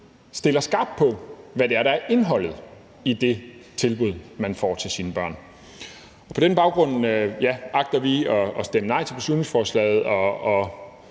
skarpt på, hvad der er indholdet i det tilbud, man får til sine børn. På den baggrund agter vi at stemme nej til beslutningsforslaget og